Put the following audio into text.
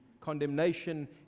Condemnation